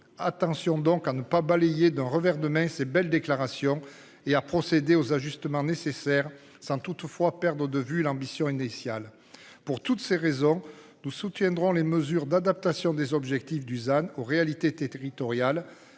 Attention donc à ne pas balayer d'un revers de main, ces belles déclarations et à procéder aux ajustements nécessaires sans toutefois perdre de vue l'ambition initiale. Pour toutes ces raisons, nous soutiendrons les mesures d'adaptation des objectifs Dusan aux réalités territoriales